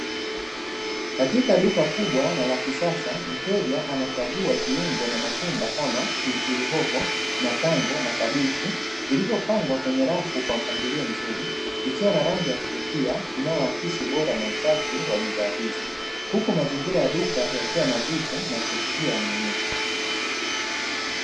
Katika duka kubwa na la kisasa, mteja anachagua viungo na matunda kama: pilipili hoho, matango na kabichi; vilivyopangwa kwenye rafu kwa mpangilio mzuri, vikiwa na rangi ya kuvutia inayoakisi ubora na usafi wa bidhaa hizi. Huku mazingira ya duka yakiwa nadhifu na ya kuvutia ununuzi.